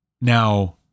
Now